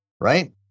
right